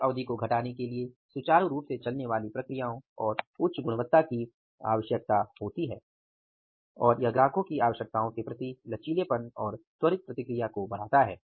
चक्र अवधि को घटाने के लिए सुचारू रूप से चलने वाली प्रक्रियाओं और उच्च गुणवत्ता की आवश्यकता होती है और यह ग्राहक की आवश्यकताओं के प्रति लचीलेपन और त्वरित प्रतिक्रिया को बढाता है